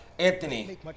Anthony